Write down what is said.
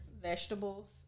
vegetables